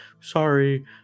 sorry